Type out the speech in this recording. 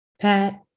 pat